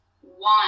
one